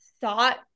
thought